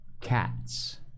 cats